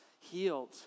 healed